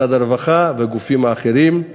משרד הרווחה וגופים אחרים.